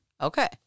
Okay